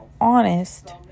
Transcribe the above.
honest